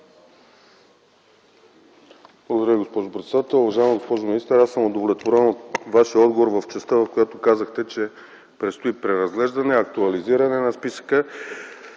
Благодаря госпожо председател. Уважаема госпожо министър! Аз съм удовлетворен от Вашия отговор в частта, в която казахте, че предстои преразглеждане, актуализиране на списъка,